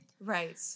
Right